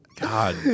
God